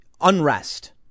unrest